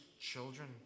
children